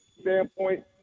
standpoint